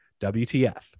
WTF